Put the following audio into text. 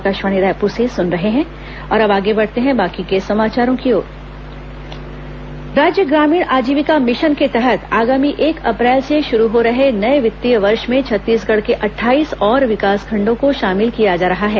आजीविका मिशन राज्य ग्रामीण आजीविका मिशन के तहत आगामी एक अप्रैल से शुरू हो रहे नए वित्तीय वर्ष में छत्तीसगढ़ के अट्ठाईस और विकासखंडों को शामिल किया जा रहा है